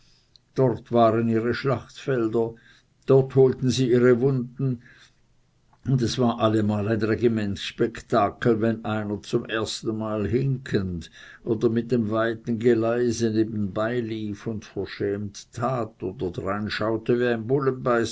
dort waren ihre schlachtfelder dort holten sie ihre wunden und es war allemal ein regimentsspektakel wenn einer zum erstenmal hinkend oder mit dem weiten geleise nebenbei lief und verschämt tat oder drein schaute wie ein